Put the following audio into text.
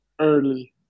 early